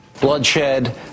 Bloodshed